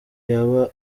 y’aba